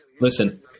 Listen